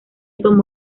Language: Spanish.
tomó